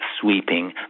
sweeping